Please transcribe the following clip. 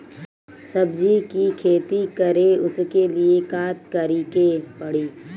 सब्जी की खेती करें उसके लिए का करिके पड़ी?